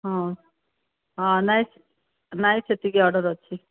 ହଁ ହଁ ନାଇଁ ନାଇଁ ସେତିକି ଅର୍ଡ଼ର ଅଛି